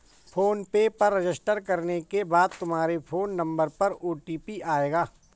phone पे पर register करने के बाद तुम्हारे फोन नंबर पर ओ.टी.पी आएगा